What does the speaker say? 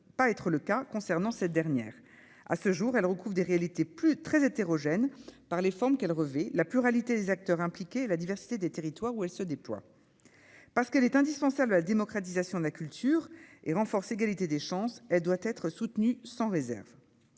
pas être le cas concernant cette dernière, à ce jour, elle recouvre des réalités plus très hétérogènes, par les formes qu'elle revêt la pluralité des acteurs impliqués, la diversité des territoires où elle se déploie parce qu'elle est indispensable à la démocratisation de la culture et renforce, égalité des chances, elle doit être soutenue sans réserve,